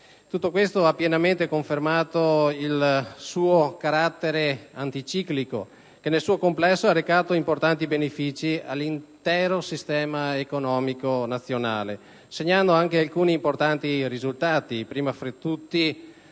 Tutto questo ha pienamente confermato il suo carattere anticiclico, che nel suo complesso ha recato importanti benefici all'intero sistema economico nazionale, segnando anche alcuni importanti risultati, primo tra tutti,